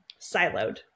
siloed